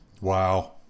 Wow